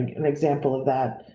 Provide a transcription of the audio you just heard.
an example of that